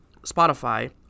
Spotify